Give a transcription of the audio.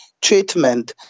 treatment